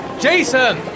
jason